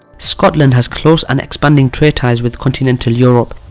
scotland has close and expanding trade ties with continental europe,